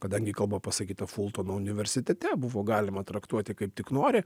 kadangi kalba pasakyta fultono universitete buvo galima traktuoti kaip tik nori